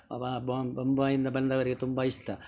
ಅವಾ ಬಂಬಾಯಿಂದ ಬಂದವರಿಗೆ ತುಂಬ ಇಷ್ಟ